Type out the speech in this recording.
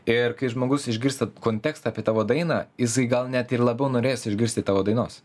ir kai žmogus išgirsta kontekstą apie tavo dainą jisai gal net ir labiau norės išgirsti tavo dainos